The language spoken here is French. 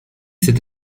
cet